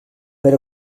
per